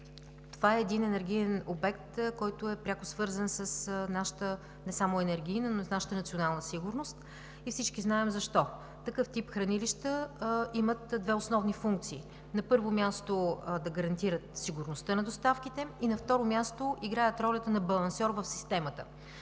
Това е един енергиен обект, който е пряко свързан с нашата не само енергийна, но и национална сигурност и всички знаем защо. Такъв тип хранилища имат две основни функции. На първо място, да гарантират сигурността на доставките. На второ място, играят ролята на балансьор в системата.